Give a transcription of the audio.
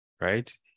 right